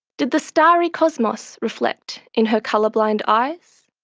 did the starry cosmos reflect in her colour-blind eyes?